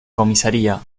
comisaría